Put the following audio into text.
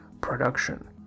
production